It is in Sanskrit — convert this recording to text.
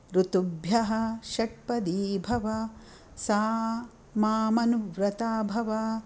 ऋतुभ्यः षट्पदी भव सा मामनुव्रता भवा